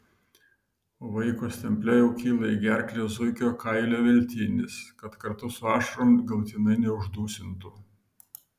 o vaiko stemple jau kyla į gerklę zuikio kailio veltinis kad kartu su ašarom galutinai neuždusintų